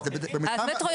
המטרו,